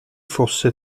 fosse